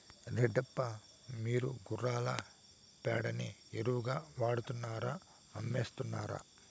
రెడ్డప్ప, మీరు గుర్రాల పేడని ఎరువుగా వాడుతున్నారా అమ్మేస్తున్నారా